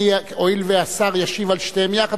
הואיל והשר ישיב על שתיהן יחד,